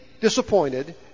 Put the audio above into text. disappointed